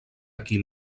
aquí